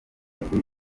umugwi